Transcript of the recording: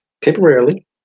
Temporarily